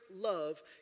love